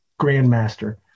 Grandmaster